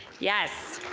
yes!